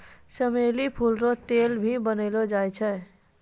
चमेली फूल रो तेल भी बनैलो जाय छै